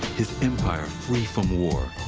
his empire free from war.